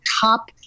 top